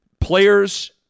players